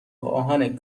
آهن